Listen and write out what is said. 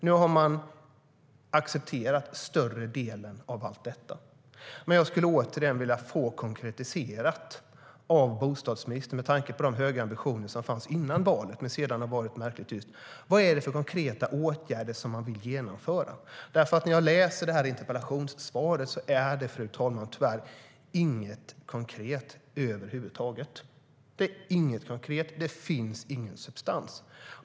Nu har man accepterat den större delen, men jag skulle återigen vilja få konkretiserat av bostadsministern, med tanke på de höga ambitioner som fanns före valet och som det sedan har varit märkligt tyst om: Vad är det för konkreta åtgärder som man vill genomföra? Det finns tyvärr inget konkret i interpellationssvaret över huvud taget. Det finns ingen substans.